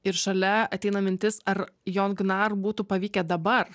ir šalia ateina mintis ar jon gnar būtų pavykę dabar